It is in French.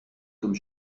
comme